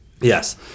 yes